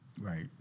Right